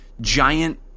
giant